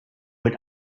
mit